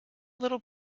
little